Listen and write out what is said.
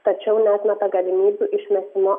tačiau neatmeta galimybių išmetimo